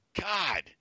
God